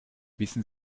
wissen